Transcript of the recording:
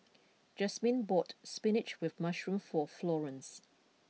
Jasmyne bought Spinach with Mushroom for Florance